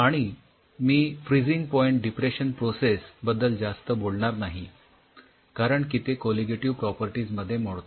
आणि मी freezing point depression process बद्दल जास्त बोलणार नाही कारण की ते कोलिगेटिव्ह प्रॉपर्टीज मध्ये मोडते